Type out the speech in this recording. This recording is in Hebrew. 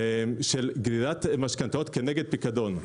גרירת משכנתאות כנגד פיקדון.